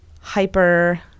hyper